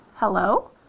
Hello